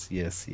yes